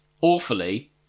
awfully